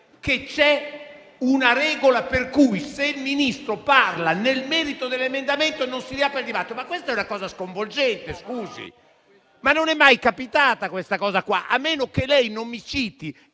che c'è una regola per cui se il Ministro parla nel merito dell'emendamento non si riapre il dibattito, perché questa è una cosa sconvolgente. Questa circostanza non è mai capitata, a meno che lei non mi citi